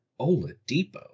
Oladipo